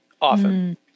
often